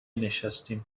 نشستیم